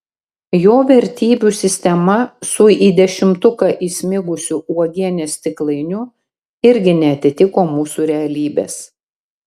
jo vertybių sistema su į dešimtuką įsmigusiu uogienės stiklainiu irgi neatitiko mūsų realybės